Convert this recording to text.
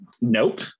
Nope